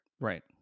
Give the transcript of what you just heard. right